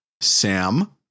Sam